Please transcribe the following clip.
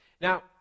Now